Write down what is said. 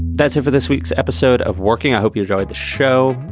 that's it for this week's episode of working, i hope you enjoyed the show.